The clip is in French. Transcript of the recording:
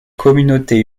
communauté